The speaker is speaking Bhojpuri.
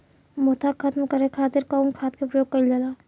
मोथा खत्म करे खातीर कउन खाद के प्रयोग कइल जाला?